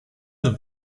that